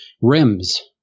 RIMS